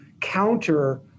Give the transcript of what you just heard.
counter